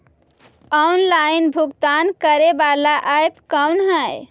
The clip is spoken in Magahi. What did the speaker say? ऑनलाइन भुगतान करे बाला ऐप कौन है?